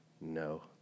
No